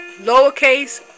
lowercase